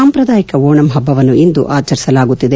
ಸಾಂಪ್ರದಾಯಿಕವಾದ ಓಣಂ ಹಬ್ಬವನ್ನು ಇಂದು ಆಚರಿಸಲಾಗುತ್ತಿದೆ